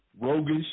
roguish